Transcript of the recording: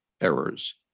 errors